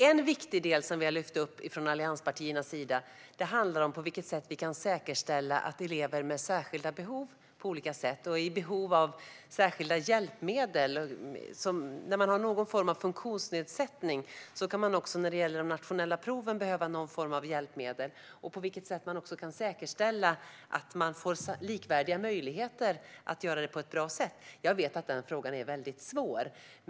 En viktig del som vi har lyft fram från allianspartiernas sida handlar om på vilket sätt vi kan säkerställa att elever med olika typer av särskilda behov får likvärdiga möjligheter att genomföra de nationella proven på ett bra sätt. Det kan handla om att man är i behov av särskilda hjälpmedel eller har någon form av funktionsnedsättning. Jag vet att den frågan är väldigt svår.